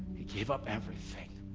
he gave up everything.